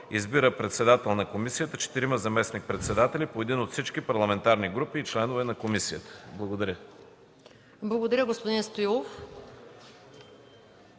Избира председател на комисията, четирима заместник-председатели – по един от всички парламентарни групи, и членове на комисията.” Благодаря. ПРЕДСЕДАТЕЛ МАЯ МАНОЛОВА: Благодаря, господин Стоилов.